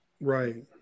Right